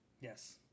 Yes